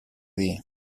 dir